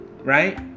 right